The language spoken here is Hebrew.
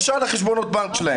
ישר לחשבונות הבנק שלהם.